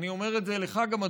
אני אומר את זה לך גם,